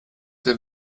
der